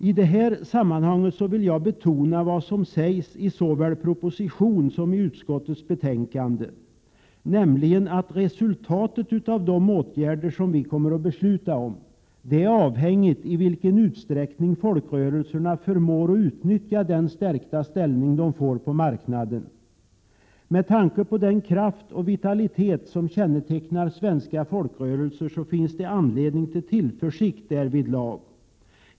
I detta sammanhang vill jag betona vad som sägs i såväl propositionen som utskottets betänkande, nämligen att resultatet av de åtgärder som vi kommer att besluta om är avhängigt av i vilken utsträckning folkrörelserna förmår utnyttja den stärkta ställning de får på marknaden. Med tanke på den kraft och vitalitet som kännetecknar svenska folkrörelser finns det anledning till tillförsikt därvidlag.